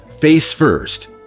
face-first